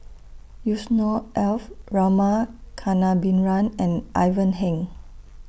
Yusnor Ef Rama Kannabiran and Ivan Heng